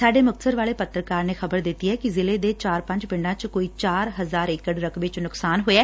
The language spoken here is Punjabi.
ਸਾਡੇ ਮੁਕਤਸਰ ਵਾਲੇ ਪੱਤਰਕਾਰ ਨੇ ਖਬਰ ਦਿੱਤੀ ਏ ਕਿ ਜਿਲ੍ਹੇ ਦੇ ਚਾਰ ਪੰਜ ਪਿੰਡਾਂ 'ਚ ਕੋਈ ਚਾਰ ਹਜਾਰ ਏਕੜ ਰਕਬੇ 'ਚ ਨੁਕਸਾਨ ਹੋਇਐ